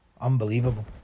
Unbelievable